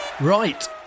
Right